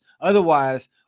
Otherwise